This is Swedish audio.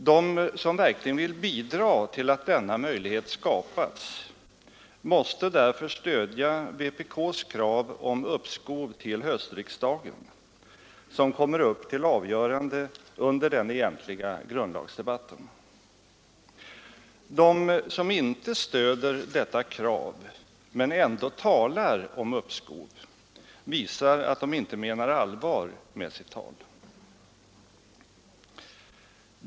De som verkligen vill bidra till att denna möjlighet skapas måste därför stödja vpk:s krav på uppskov till höstriksdagen, vilket kommer till avgörande under den egentliga grundlagsdebatten. De som inte stöder detta krav men ändå talar om uppskov visar att de inte menar allvar med sitt tal.